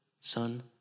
son